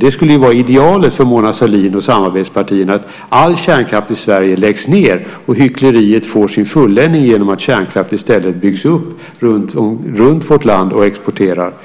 Det skulle vara idealiskt för Mona Sahlin och samarbetspartierna att all kärnkraft i Sverige läggs ned och att hyckleriet får sin fulländning genom att kärnkraftverk i stället byggs upp runt vårt land och att kärnkraft